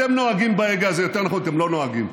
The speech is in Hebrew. אתם נוהגים בהגה הזה, יותר נכון, אתם לא נוהגים,